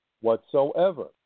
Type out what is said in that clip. whatsoever